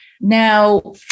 Now